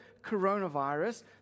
coronavirus